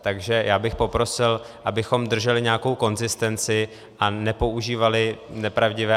Takže já bych poprosil, abychom drželi nějakou konzistenci a nepoužívali nepravdivé argumenty.